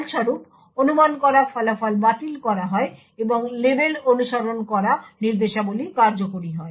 ফলস্বরূপ অনুমান করা ফলাফল বাতিল করা হয় এবং লেবেল অনুসরণ করা নির্দেশাবলী কার্যকরি হয়